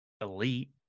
elite